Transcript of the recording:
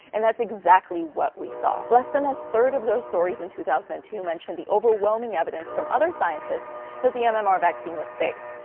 and that's exactly what we saw. less than a third of those stories in two thousand and two mentioned the overwhelming evidence from other scientists that the yeah mmr vaccine was safe.